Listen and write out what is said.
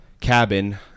cabin